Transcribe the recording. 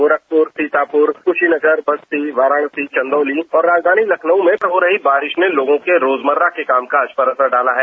गोरखपुर सीतापुर कुशीनगर बस्ती वाराणसी चंदौली और राजधानी लखनऊ में हो रही बारिश ने लोगों के रोजमर्रा के कामकाज पर असर डाला है